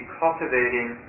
cultivating